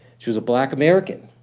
she was a black american.